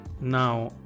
now